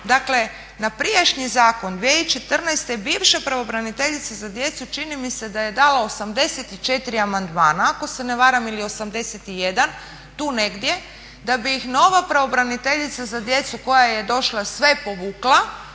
dakle na prijašnji zakon 2014. bivša pravobraniteljica za djecu čini mi se da je dala 84 amandmana ako se ne varam ili 81, tu negdje, da bi ih nova pravobraniteljica za djecu koja je došla, sve povukla